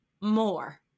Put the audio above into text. more